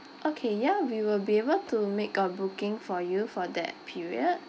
okay ya we will be able to make a booking for you for that period